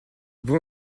bon